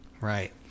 right